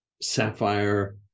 Sapphire